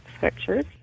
pictures